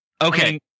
Okay